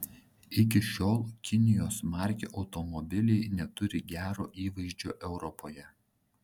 iki šiol kinijos markių automobiliai neturi gero įvaizdžio europoje